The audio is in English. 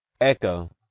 Echo